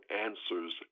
answers